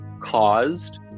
caused